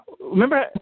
remember